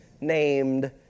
named